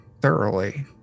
thoroughly